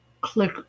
click